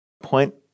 point